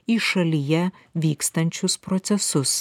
į šalyje vykstančius procesus